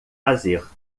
fazer